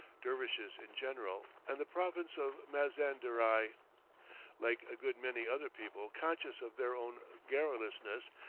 dervishes in general, and the province of mazanderaii. like a good many other people conscious of their own garrulousness,